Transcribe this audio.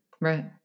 Right